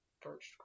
first